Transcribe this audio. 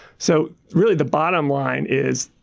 so really the bottom line is